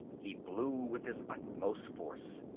he blew with his utmost force.